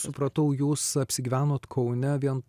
supratau jūs apsigyvenot kaune vien